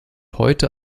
heute